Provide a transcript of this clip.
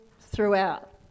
throughout